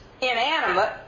inanimate